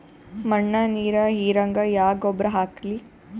ಮಣ್ಣ ನೀರ ಹೀರಂಗ ಯಾ ಗೊಬ್ಬರ ಹಾಕ್ಲಿ?